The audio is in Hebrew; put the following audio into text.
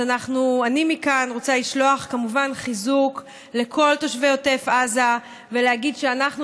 אז אני כמובן רוצה לשלוח מכאן חיזוק לכל תושבי עוטף עזה ולהגיד שאנחנו